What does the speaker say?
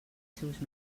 seus